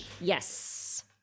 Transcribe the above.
Yes